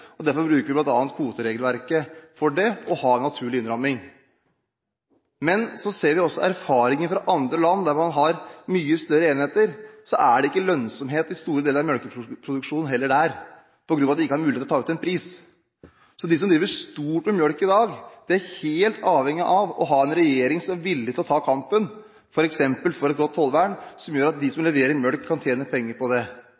Derfor bruker vi bl.a. kvoteregelverket for å ha en naturlig innramming. Så ser vi av erfaringer fra land der de har mye større enheter, at det heller ikke der er lønnsomhet i store deler av melkeproduksjonen, fordi de ikke har mulighet til å ta ut en pris. De som driver stort med melkeproduksjon i dag, er helt avhengige av å ha en regjering som er villig til å ta kampen for f.eks. et godt tollvern, som gjør at de som leverer melk, kan tjene penger på det.